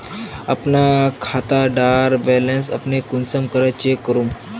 अपना खाता डार बैलेंस अपने कुंसम करे चेक करूम?